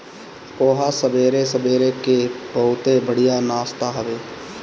पोहा सबेरे सबेरे कअ बहुते बढ़िया नाश्ता हवे